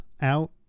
out